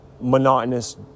monotonous